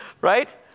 right